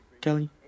Kelly